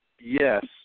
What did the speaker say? Yes